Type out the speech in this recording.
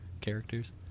characters